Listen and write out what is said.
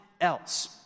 else